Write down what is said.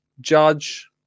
Judge